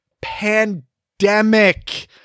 pandemic